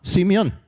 Simeon 。